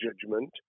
judgment